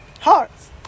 hearts